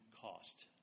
cost